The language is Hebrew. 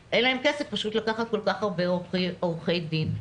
פשוט אין להם כסף לקחת כל כך הרבה עורכי דין.